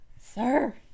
Sir